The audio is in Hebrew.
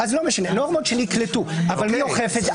לא משנה, נורמות שנקלטו אבל מי אוכף את זה?